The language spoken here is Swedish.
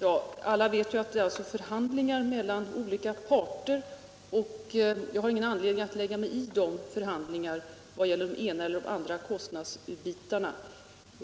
Herr talman! Alla vet ju att det pågår förhandlingar, och jag har ingen anledning att lägga mig i dem vad gäller de olika kostnadsbitarna.